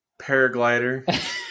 paraglider